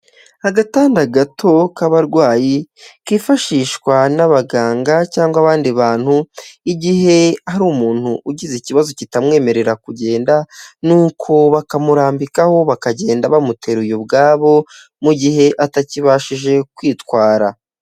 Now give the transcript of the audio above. Agatanda gato k'abarwayi kifashishwa n'abaganga cyangwa abandi bantu igihe ari umuntu ugize ikibazo kitamwemerera kugenda n'uko bakamurambikaho bakagenda bamuteruye ubwabo mu gihe atakibashije kwitwara.